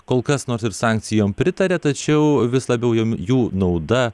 kol kas nors ir sankcijom pritaria tačiau vis labiau jom jų nauda